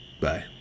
Bye